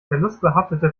verlustbehaftete